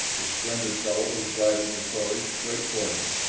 the splendid fellow was driving the quarry straight toward me.